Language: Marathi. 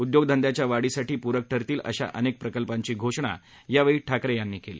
उद्योगधंयांच्या वाढीसाठी पुरक ठरतील अशा अनेक प्रकल्पांची घोषणाही यावेळी ठाकरे यांनी केली